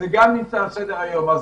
זה גם נמצא על סדר היום.